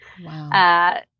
Wow